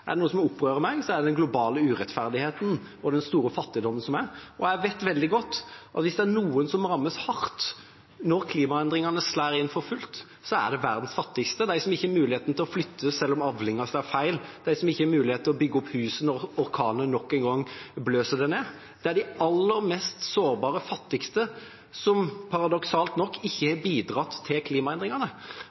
Er det noe som opprører meg, er det den globale urettferdigheten og den store fattigdommen. Jeg vet veldig godt at er det noen som rammes hardt når klimaendringene slår inn for fullt, er det verdens fattigste, de som ikke har mulighet til å flytte selv om avlingen slår feil, de som ikke har mulighet til å bygge opp huset når orkanen nok en gang blåser det ned. Det er de aller mest sårbare, de fattigste – som paradoksalt nok ikke har bidratt til klimaendringene.